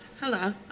Hello